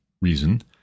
reason